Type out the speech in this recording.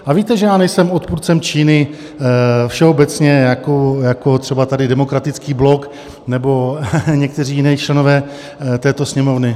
A víte, že já nejsem odpůrcem Číny všeobecně jako třeba tady Demokratický blok nebo někteří jiní členové této Sněmovny.